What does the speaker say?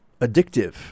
addictive